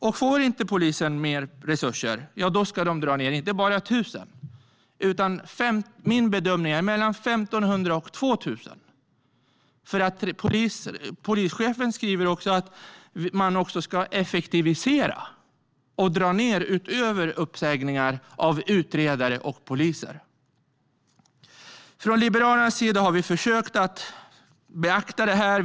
Min bedömning är dock att det handlar om mellan 1 500 och 2 000 poliser. Det här är alltså förutsättningarna, villkoren för polisen. Polischefen skriver även att man också ska effektivisera och dra ned ytterligare utöver uppsägningar av utredare och poliser. Från Liberalernas sida har vi försökt beakta det här.